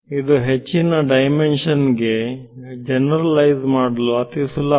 ಇದು ಹೆಚ್ಚಿನ ಡೈಮೆನ್ಶನ್ ಗೆ ಜನರಲೈಸ್ ಮಾಡಲು ಅತಿ ಸುಲಭ